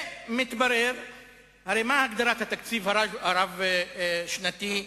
מה הגדרת התקציב הרב-שנתי?